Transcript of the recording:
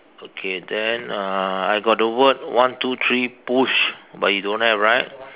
okay then uh I got the word one two three push but you don't have right